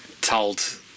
told